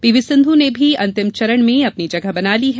पीवीसिंधू ने भी अंतिम चार में अपनी जगह बना ली है